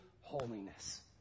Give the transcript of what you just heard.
holiness